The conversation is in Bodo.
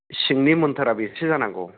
सिंनि मोन्थोरा बेसो जानांगौ